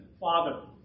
Father